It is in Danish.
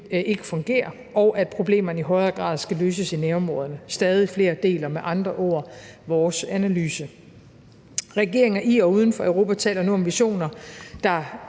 ikke fungerer, og at problemerne i højere grad skal løses i nærområderne. Stadig flere deler med andre ord vores analyse. Regeringer i og uden for Europa taler nu om visioner, der